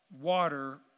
water